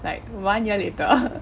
like one year later